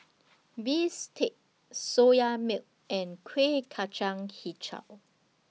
Bistake Soya Milk and Kuih Kacang Hijau